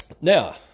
Now